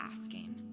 asking